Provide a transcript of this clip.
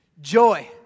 Joy